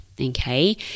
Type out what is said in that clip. Okay